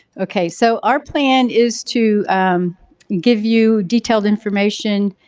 okay. so, our plan is to give you detailed information.